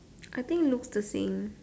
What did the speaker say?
I think looks the same